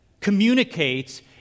communicates